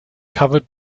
covered